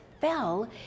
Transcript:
fell